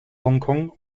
hongkong